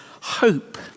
hope